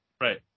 right